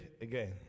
again